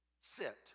sit